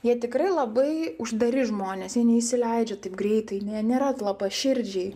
jie tikrai labai uždari žmonės jie neįsileidžia taip greitai nėra atlapaširdžiai